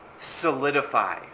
solidify